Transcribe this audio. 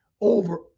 over